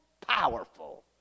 powerful